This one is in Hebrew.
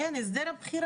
כן, הסדר הבחירה.